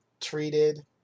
treated